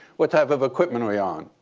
what type of equipment are you on?